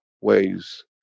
ways